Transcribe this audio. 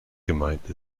gemeint